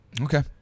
Okay